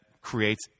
creates